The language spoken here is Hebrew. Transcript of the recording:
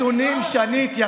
חבר הכנסת הורוביץ,